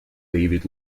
david